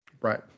Right